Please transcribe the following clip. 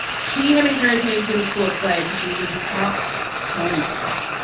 she had encouraged me to do the school play cause she was like, you talk so much.